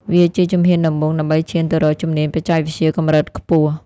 វាជាជំហានដំបូងដើម្បីឈានទៅរកជំនាញបច្ចេកវិទ្យាកម្រិតខ្ពស់។